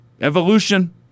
evolution